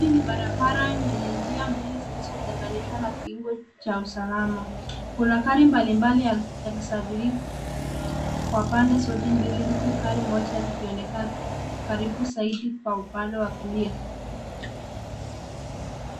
Hii ni barabara yenye njia mbili zilizotenganishwa na kiungo cha usalama . Kuna gari mbalimbali yakisafiri kwa pande zote mbili huku gari moja likionekana karibu zaidi kwa upande wa kulia.